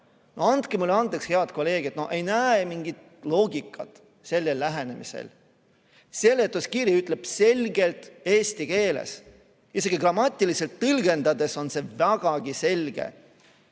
Andke mulle andeks, head kolleegid, ma ei näe mingit loogikat sellel lähenemisel. Seletuskiri ütleb selgelt eesti keeles, isegi grammatiliselt tõlgendades on see vägagi selge,